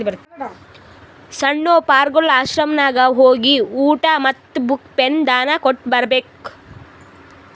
ಸಣ್ಣು ಪಾರ್ಗೊಳ್ ಆಶ್ರಮನಾಗ್ ಹೋಗಿ ಊಟಾ ಮತ್ತ ಬುಕ್, ಪೆನ್ ದಾನಾ ಕೊಟ್ಟ್ ಬರ್ಬೇಕ್